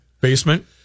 basement